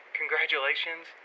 Congratulations